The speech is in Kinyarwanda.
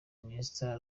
iniesta